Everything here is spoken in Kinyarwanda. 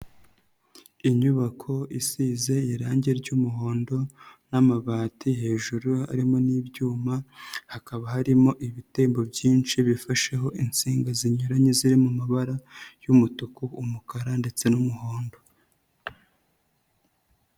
Inyubako isize irange ry'umuhondo n'amabati hejuru harimo n'ibyuma, hakaba harimo ibitembo byinshi bifasheho insinga zinyuranye ziri mu mabara y'umutuku, umukara ndetse n'umuhondo.